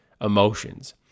emotions